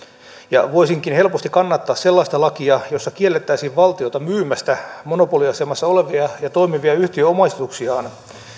ja voisinkin helposti kannattaa sellaista lakia jossa kiellettäisiin valtiota myymästä monopoliasemassa olevia ja toimivia yhtiöomistuksiaan